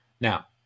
Now